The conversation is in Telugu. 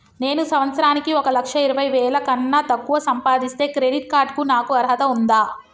నేను సంవత్సరానికి ఒక లక్ష ఇరవై వేల కన్నా తక్కువ సంపాదిస్తే క్రెడిట్ కార్డ్ కు నాకు అర్హత ఉందా?